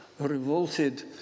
revolted